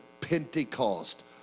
Pentecost